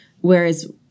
Whereas